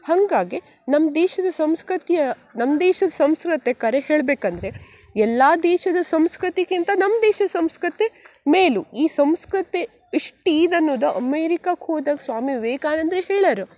ಹಂಗಾಗಿ ನಮ್ಮ ದೇಶದ ಸಂಸ್ಕೃತಿಯ ನಮ್ಮ ದೇಶದ ಸಂಸ್ಕೃತಿ ಖರೆ ಹೇಳಬೇಕಂದ್ರೆ ಎಲ್ಲ ದೇಶದ ಸಂಸ್ಕೃತಿಗಿಂತ ನಮ್ಮ ದೇಶದ ಸಂಸ್ಕೃತಿ ಮೇಲು ಈ ಸಂಸ್ಕೃತಿ ಇಷ್ಟು ಇದು ಅನ್ನುದು ಅಮೇರಿಕಕ್ಕೆ ಹೋದಾಗ ಸ್ವಾಮಿ ವಿವೇಕಾನಂದ್ರು ಹೇಳರ